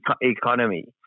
economy